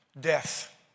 death